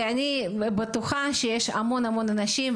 אני בטוחה שיש המון אנשים,